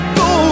go